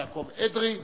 יעקב אדרי,